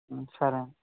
సరే